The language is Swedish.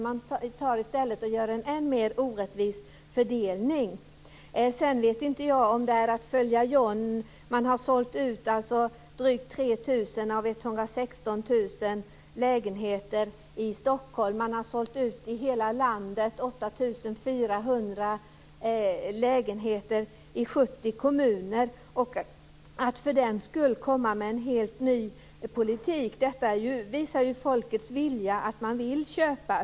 Man tar i stället och gör en än mer orättvis fördelning. Jag vet inte om detta är att följa John. Man har sålt ut drygt 3 000 av 116 000 lägenheter i Stockholm. Man har i hela landet sålt ut 8 400 lägenheter i 70 kommuner. Är det skäl för att komma med en helt ny politik? Detta visar ju folkets vilja, att man vill köpa.